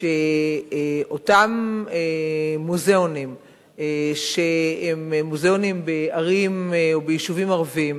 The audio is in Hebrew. שאותם מוזיאונים שהם מוזיאונים בערים או ביישובים ערביים,